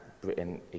Britain